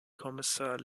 kommissar